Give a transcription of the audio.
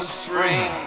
spring